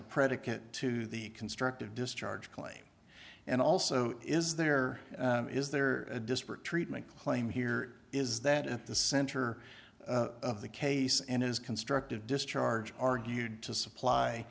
predicate to the constructive discharge claim and also is there is there a disparate treatment claim here is that at the center of the case and is constructive discharge argued to supply